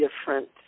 different